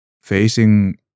facing